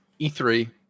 e3